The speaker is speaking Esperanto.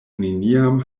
neniam